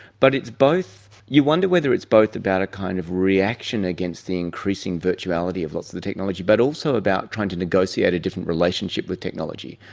but it's both, you wonder whether it's both about a kind of reaction against the increasing virtuality of lots of the technology but also about trying to negotiate a different relationship with technology.